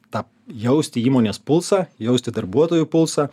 tą jausti įmonės pulsą jausti darbuotojų pulsą